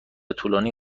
طولانی